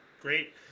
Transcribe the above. great